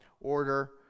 order